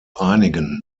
einigen